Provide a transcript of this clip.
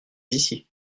ici